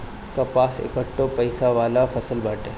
कपास एकठो पइसा वाला फसल बाटे